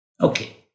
Okay